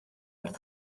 wrth